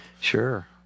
Sure